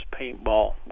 paintball